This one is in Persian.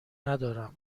ندارم